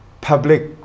public